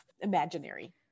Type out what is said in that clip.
imaginary